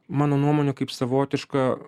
mano nuomone kaip savotišką